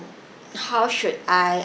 how should I